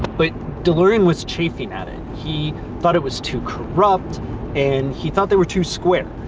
but delorean was chafing at it. he thought it was too corrupt and he thought they were too square.